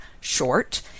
short